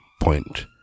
point